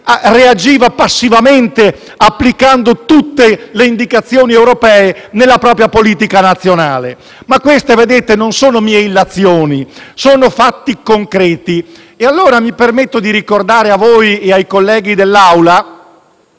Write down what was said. reagiva passivamente applicando tutte le indicazioni europee nella propria politica nazionale. Queste non sono miei illazioni; sono fatti concreti e, allora, mi permetto di ricordare a voi e ai colleghi dell'Aula